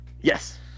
yes